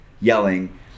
yelling